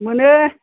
मोनो